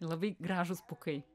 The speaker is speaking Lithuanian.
labai gražūs pūkai